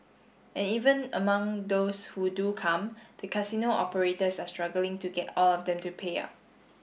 and even among those who do come the casino operators are struggling to get all of them to pay up